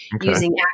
using